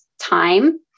time